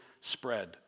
spread